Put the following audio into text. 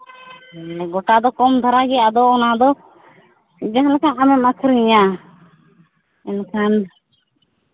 ᱜᱳᱴᱟ ᱫᱚ ᱠᱚᱢ ᱫᱷᱟᱨᱟ ᱜᱮ ᱟᱫᱚ ᱚᱱᱟᱫᱚ ᱡᱟᱦᱟᱸ ᱞᱮᱠᱟ ᱟᱢᱮᱢ ᱟᱹᱠᱷᱨᱤᱧᱟ ᱮᱱᱠᱷᱟᱱ